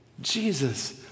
Jesus